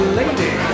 lady